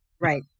right